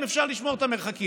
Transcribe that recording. אם אפשר לשמור את המרחקים,